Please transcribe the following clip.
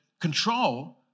control